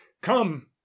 come